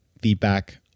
feedback